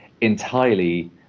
entirely